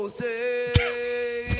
say